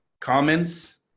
comments